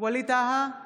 ווליד טאהא,